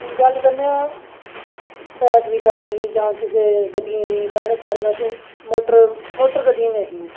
गल्ल करने आं बैटरी कारें दी जां किसे गड्डियें दी पैह्ले साढ़े कश मोटर मोटर गड्डियां गै हियां